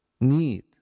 need